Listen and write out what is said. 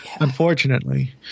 unfortunately